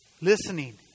listening